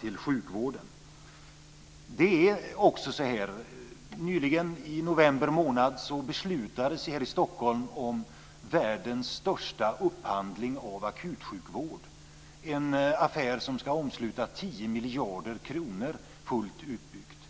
till sjukvården. Det är också så att det nyligen, i november månad, här i Stockholm beslutades om världens största upphandling av akutsjukvård, en affär som ska omsluta 10 miljarder kronor fullt utbyggd.